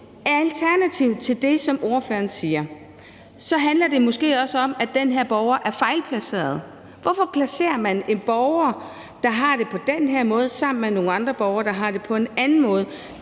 Alternativt til det, som spørgeren siger, handler det måske også om, at den her borger er fejlplaceret. Hvorfor placerer man en borger, der har det på den her måde, sammen med nogle andre borgere, der har det på en anden måde?